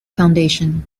foundation